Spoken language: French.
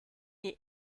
est